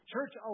Church